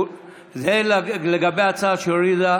זה לגבי ההצעה של ג'ידא